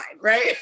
right